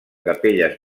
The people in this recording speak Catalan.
capelles